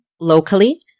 locally